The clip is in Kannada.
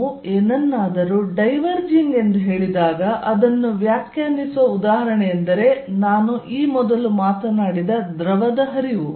ನಾವು ಏನನ್ನಾದರೂ ಡೈವರ್ಜಿಂಗ್ ಎಂದು ಹೇಳಿದಾಗ ಅದನ್ನು ವ್ಯಾಖ್ಯಾನಿಸುವ ಉದಾಹರಣೆಯೆಂದರೆ ನಾನು ಈ ಮೊದಲು ಮಾತನಾಡಿದ ದ್ರವದ ಹರಿವು